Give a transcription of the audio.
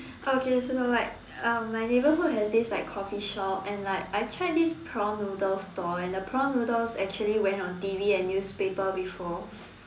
okay so you know like uh my neighbourhood has this like coffee shop and like I tried this prawn noodle stall and the prawn noodles actually went on T_V and newspaper before